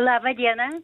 laba diena